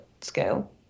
scale